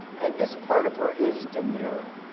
and, this part of her is demure,